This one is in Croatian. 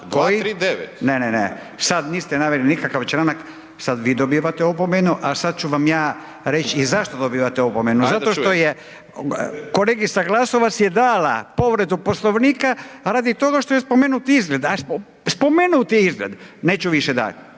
(Nezavisni)** Ne, ne, sada niste naveli nikakav članak. Sada vi dobivate opomenu. A sada ću vam ja reći i zašto dobivate opomenu. Zašto što je kolegica Glasovac dala povredu Poslovnika radi toga što je spomenut izgled, a spomenut je izgled. Prekidam